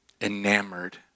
enamored